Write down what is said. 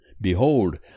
Behold